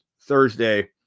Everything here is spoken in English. Thursday